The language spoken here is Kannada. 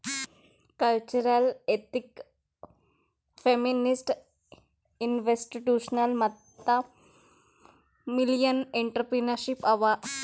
ಕಲ್ಚರಲ್, ಎಥ್ನಿಕ್, ಫೆಮಿನಿಸ್ಟ್, ಇನ್ಸ್ಟಿಟ್ಯೂಷನಲ್ ಮತ್ತ ಮಿಲ್ಲಿನಿಯಲ್ ಎಂಟ್ರರ್ಪ್ರಿನರ್ಶಿಪ್ ಅವಾ